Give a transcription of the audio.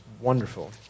wonderful